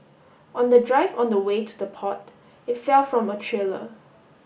on the drive on the way to the port it fell from a trailer